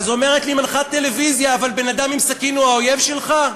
אז אומרת לי מנחת טלוויזיה: אבל בן-אדם עם סכין הוא האויב שלך?